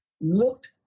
looked